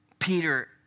Peter